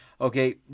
Okay